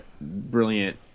brilliant